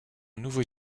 nouveau